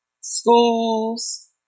schools